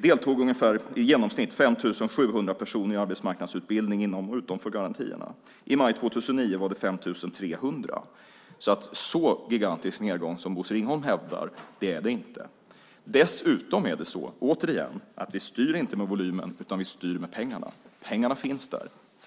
deltog i genomsnitt 5 700 personer i arbetsmarknadsutbildning inom och utanför garantierna. I maj 2009 var det 5 300. Det är alltså inte en så gigantisk nedgång som Bosse Ringholm hävdar. Dessutom är det så, återigen, att vi inte styr med volymen, utan vi styr med pengarna. Pengarna finns där.